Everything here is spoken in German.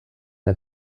der